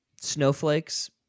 Snowflakes